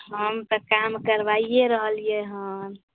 हम तऽ काम करबाइए रहलियै हन